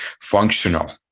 functional